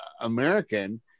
American